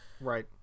Right